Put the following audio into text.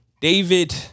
David